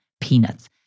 Peanuts